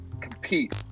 compete